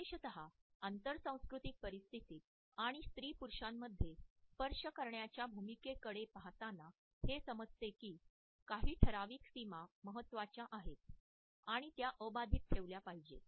विशेषत आंतरसंस्कृतीक परिस्थितीत आणि स्त्री पुरुषांमध्ये स्पर्श करण्याच्या भूमिकेकडे पाहताना हे समजते की काही ठराविक सीमा महत्त्वाच्या आहेत आणि त्या अबाधित ठेवल्या पाहिजेत